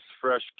fresh